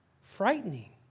frightening